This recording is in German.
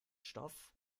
stoff